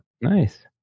Nice